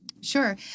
Sure